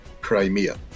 Crimea